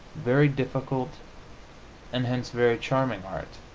very difficult and hence very charming art,